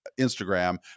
Instagram